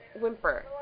whimper